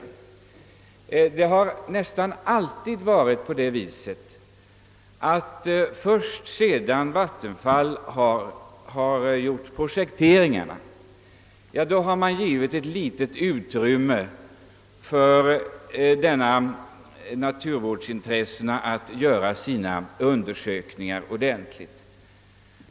Det har nästan alltid varit på det viset, att först sedan vattenfallsverket har gjort projekteringarna har man givit ett litet utrymme för naturvårdsintressena att göra sina undersökningar.